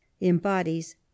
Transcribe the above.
embodies